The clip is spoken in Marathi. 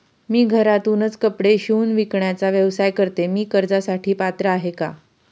मी घरातूनच कपडे शिवून विकण्याचा व्यवसाय करते, मी कर्जासाठी पात्र आहे का?